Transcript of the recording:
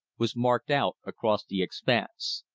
was marked out across the expanse.